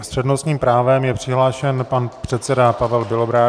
S přednostním právem je přihlášen pan předseda Pavel Bělobrádek.